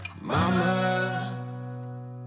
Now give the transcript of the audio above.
mama